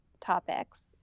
topics